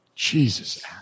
Jesus